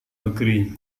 negeri